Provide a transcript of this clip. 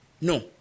No